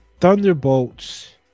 Thunderbolts